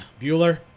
Bueller